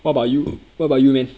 what about you what about you man